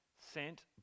sent